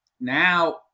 now